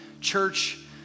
church